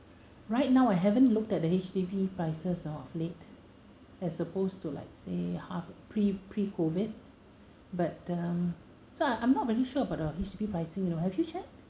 right now I haven't looked at the H_D_B prices orh of late as opposed to like say half pre pre COVID but um so I I'm not really sure about the H_D_B pricing you know have you checked